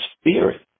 spirit